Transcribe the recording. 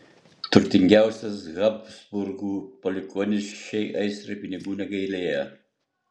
turtingiausias habsburgų palikuonis šiai aistrai pinigų negailėjo